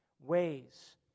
ways